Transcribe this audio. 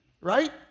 right